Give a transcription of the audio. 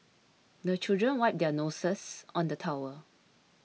the children wipe their noses on the towel